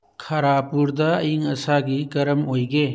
ꯈꯔꯥꯄꯨꯔꯗ ꯑꯏꯪ ꯑꯁꯥꯒꯤ ꯀꯔꯝ ꯑꯣꯏꯒꯦ